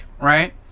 right